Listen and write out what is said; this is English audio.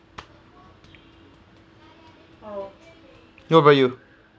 what about you